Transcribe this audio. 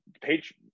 Page